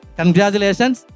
congratulations